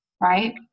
right